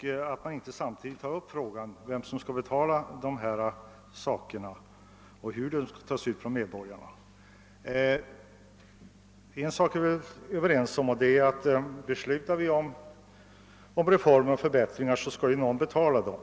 utan att det samtidigt klargöres, vem som skall bestrida kostnaderna och hur pengarna skall tas ut av medborgarna. Om man beslutar om reformer och förbättringar, så måste självklart någon betala dem.